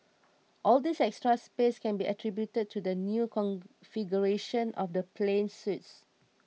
all this extra space can be attributed to the new configuration of the plane's suites